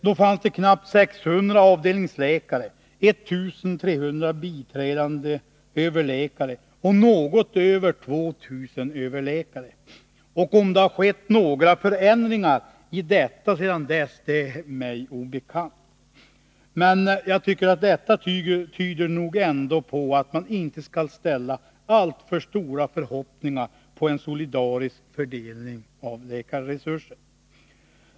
Då fanns det knappt 600 avdelningsläkare, 1 300 biträdande överläkare och något över 2 000 överläkare. Om det har skett några förändringar härvidlag sedan dess är mig obekant. Jag tycker att detta ändå tyder på att man inte skall ha alltför stora förhoppningar om en solidarisk fördelning av läkarresurser.